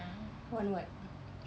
want what